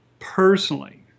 Personally